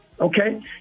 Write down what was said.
Okay